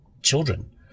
children